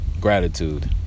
Gratitude